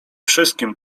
wszystkim